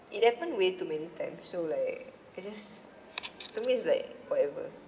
it happened way too many times so like I just to me is like whatever